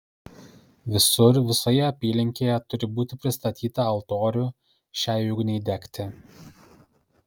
visur visoje apylinkėje turi būti pristatyta altorių šiai ugniai degti